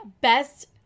best